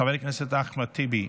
חבר הכנסת אחמד טיבי,